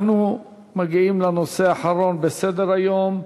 שאילתות ותשובות אנחנו מגיעים לנושא האחרון בסדר-היום,